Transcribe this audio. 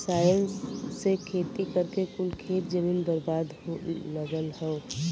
रसायन से खेती करके कुल खेत जमीन बर्बाद हो लगल हौ